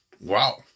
Wow